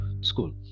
school